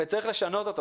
וצריך לשנות אותו.